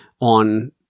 on